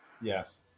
Yes